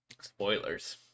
Spoilers